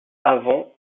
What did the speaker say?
avant